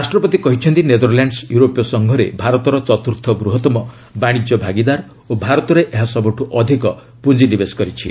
ରାଷ୍ଟ୍ରପତି କହିଛନ୍ତି ନେଦରଲ୍ୟାଣ୍ଡ୍ସ ୟୁରୋପୀୟ ସଂଘରେ ଭାରତର ଚତୁର୍ଥ ବୃହତ୍ତମ ବାଣିଜ୍ୟ ଭାଗିଦାର ଓ ଭାରତରେ ଏହା ସବୁଠୁ ଅଧିକ ପୁଞ୍ଜିନିବେଶ କରିଛି